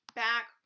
back